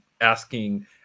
asking